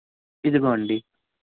ఇదిగోండి